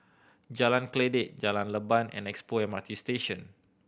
Jalan Kledek Jalan Leban and Expo M R T Station